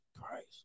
Christ